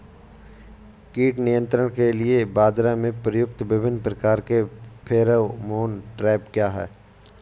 कीट नियंत्रण के लिए बाजरा में प्रयुक्त विभिन्न प्रकार के फेरोमोन ट्रैप क्या है?